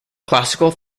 classical